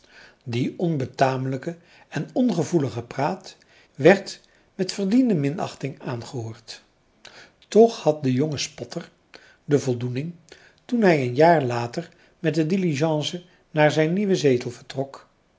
die onbetamelijke en ongevoelige praat werd met verdiende minachting aangehoord toch had de jonge spotter de voldoening toen hij een jaar later met de diligence naar zijn nieuwen zetel vertrok